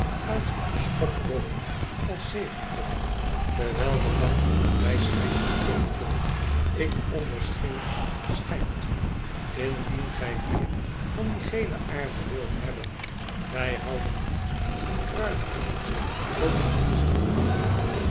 uit de schop rollen als zeventig terwijl de bank mij schijnt toe te roepen ik onderschreef schijnt indien gij meer van die gele aarde wilt hebben wij houden die in kruiwagens tot uw dienst gereed